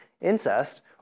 incest